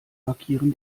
markieren